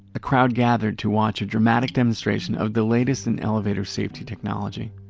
a crowd gathered to watch a dramatic demonstration of the latest in elevator safety technology.